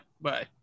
bye